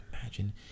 Imagine